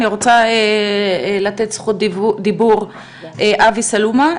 אני רוצה לתת זכות דיבור לאבי סלומה,